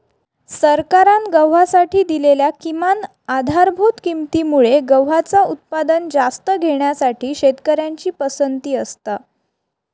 सरकारान गव्हासाठी दिलेल्या किमान आधारभूत किंमती मुळे गव्हाचा उत्पादन जास्त घेण्यासाठी शेतकऱ्यांची पसंती असता